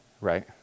right